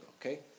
Okay